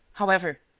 however,